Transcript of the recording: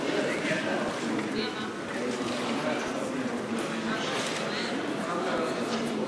את הצעת חוק העונשין (תיקון,